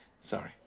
Sorry